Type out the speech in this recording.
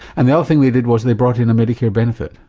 and the other thing they did was they brought in a medicare benefit.